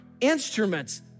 instruments